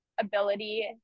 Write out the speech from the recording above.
ability